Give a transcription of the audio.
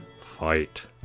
fight